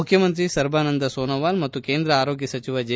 ಮುಖ್ಯಮಂತ್ರಿ ಸರ್ಬಾನಂದ್ ಸೋನೋವಾಲ್ ಮತ್ತು ಕೇಂದ್ರ ಆರೋಗ್ಗ ಸಚಿವ ಜೆ